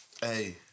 Hey